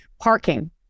parking